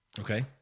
Okay